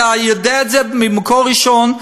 אתה יודע את זה ממקור ראשון,